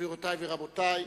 גבירותי ורבותי,